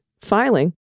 filing